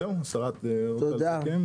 תודה.